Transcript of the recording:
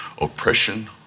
oppression